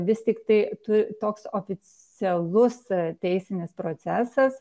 vis tiktai tu toks oficialus teisinis procesas